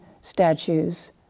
statues